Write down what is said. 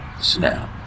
snap